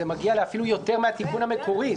זה מגיע לאפילו יותר מהתיקון המקורי,